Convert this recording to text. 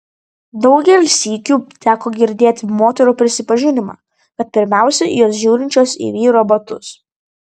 daugel sykių teko girdėt moterų prisipažinimą kad pirmiausia jos žiūrinčios į vyro batus